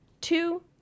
Two